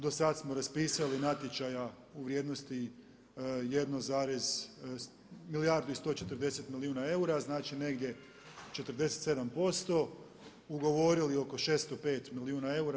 Do sad smo raspisali natječaja u vrijednosti milijardu i 140 milijuna eura, znači negdje 47%, ugovorili oko 605 milijuna eura.